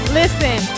listen